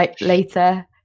later